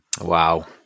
Wow